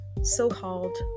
so-called